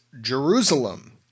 Jerusalem